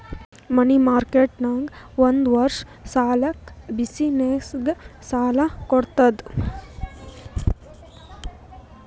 ಮನಿ market ನಾಗ್ ಒಂದ್ ವರ್ಷ ಸಲ್ಯಾಕ್ ಬಿಸಿನ್ನೆಸ್ಗ ಸಾಲಾ ಕೊಡ್ತುದ್